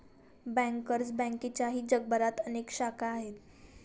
bankers बँकेच्याही जगभरात अनेक शाखा आहेत